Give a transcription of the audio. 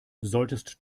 solltest